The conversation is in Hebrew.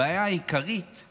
הבעיה העיקרית היא